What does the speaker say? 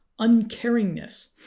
uncaringness